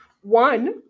one